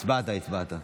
הצבעת, הצבעת.